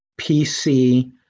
PC